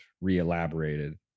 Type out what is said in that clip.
re-elaborated